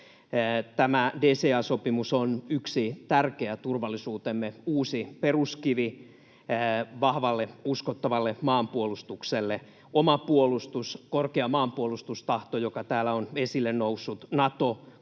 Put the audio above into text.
Tämä DCA-sopimus on yksi turvallisuutemme tärkeä uusi peruskivi vahvalle, uskottavalle maanpuolustukselle. Oma puolustus, korkea maanpuolustustahto, joka täällä on esille noussut, Nato,